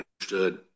understood